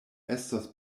estos